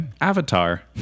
Avatar